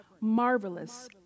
marvelous